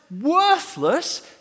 worthless